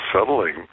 settling